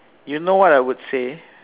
you know what I would say